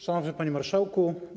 Szanowny Panie Marszałku!